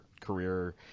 career –